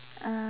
uh